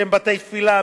שהם בתי-תפילה,